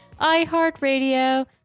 iHeartRadio